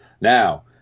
Now